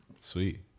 Sweet